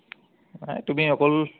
তুমি অকল